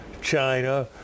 China